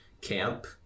camp